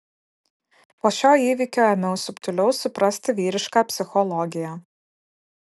po šio įvykio ėmiau subtiliau suprasti vyrišką psichologiją